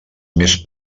més